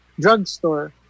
drugstore